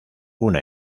una